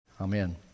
Amen